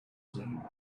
zoned